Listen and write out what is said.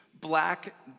black